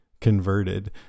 converted